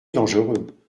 dangereux